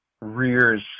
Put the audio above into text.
rears